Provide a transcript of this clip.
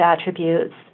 attributes